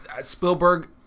Spielberg